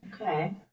Okay